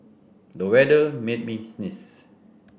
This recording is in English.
the weather made me sneeze